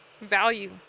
value